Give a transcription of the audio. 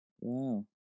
Wow